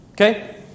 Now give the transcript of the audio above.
Okay